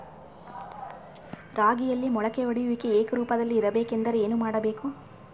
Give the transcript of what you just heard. ರಾಗಿಯಲ್ಲಿ ಮೊಳಕೆ ಒಡೆಯುವಿಕೆ ಏಕರೂಪದಲ್ಲಿ ಇರಬೇಕೆಂದರೆ ಏನು ಮಾಡಬೇಕು?